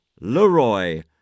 Leroy